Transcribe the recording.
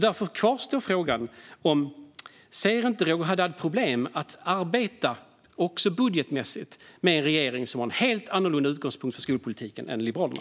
Därför kvarstår frågan: Ser inte Roger Haddad problem med att samarbeta, också budgetmässigt, med en regering som har en helt annorlunda utgångspunkt för skolpolitiken än Liberalerna?